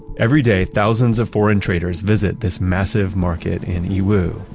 every day thousands of foreign traders visit this massive market in yiwu.